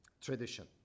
tradition